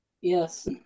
Yes